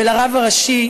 לרב הראשי,